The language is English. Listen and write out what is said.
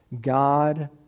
God